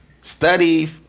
study